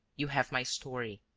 you have my story.